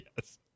Yes